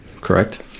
correct